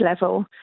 level